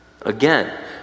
again